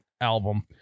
album